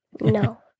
No